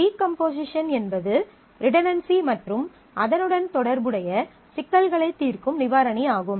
decomposition என்பது redundancy மற்றும் அதனுடன் தொடர்புடைய சிக்கல்களைத் தீர்க்கும் நிவாரணி ஆகும்